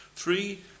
Three